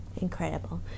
Incredible